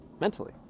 mentally